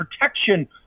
protection